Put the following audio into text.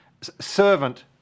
servant